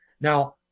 now